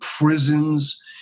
prisons